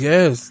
Yes